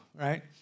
right